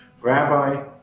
Rabbi